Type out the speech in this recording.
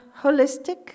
holistic